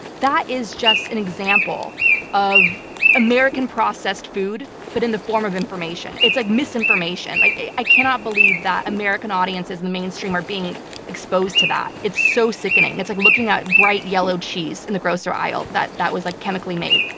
that is just an example of american processed food, but in the form of information. it's like misinformation. like i cannot believe that american audiences in the mainstream are being exposed to that. it's so sickening. it's like looking at bright yellow cheese in the grocery aisle that that was like chemically made.